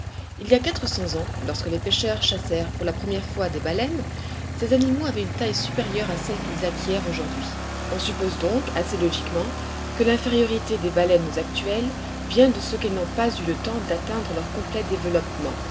il y a quatre cents ans lorsque les pêcheurs chassèrent pour la première fois les baleines ces animaux avaient une taille supérieure à celle qu'ils acquièrent aujourd'hui on suppose donc assez logiquement que l'infériorité des baleines actuelles vient de ce qu'elles n'ont pas eu le temps d'atteindre leur complet développement